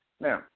Now